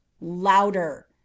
louder